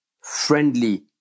friendly